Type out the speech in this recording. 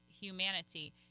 humanity